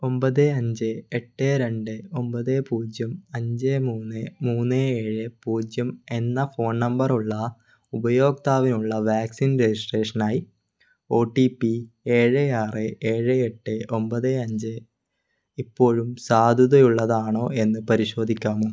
ഒമ്പത് അഞ്ച് എട്ട് രണ്ട് ഒമ്പത് പൂജ്യം അഞ്ച് മൂന്ന് മൂന്ന് ഏഴ് പൂജ്യം എന്ന ഫോൺ നമ്പറുള്ള ഉപയോക്താവിനുള്ള വാക്സിൻ രജിസ്ട്രേഷനായി ഒ ടി പി ഏഴ് ആറ് ഏഴ് എട്ട് ഒമ്പത് അഞ്ച് ഇപ്പോഴും സാധുതയുള്ളതാണോ എന്ന് പരിശോധിക്കാമോ